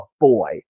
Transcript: boy